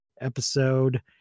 episode